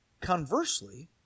conversely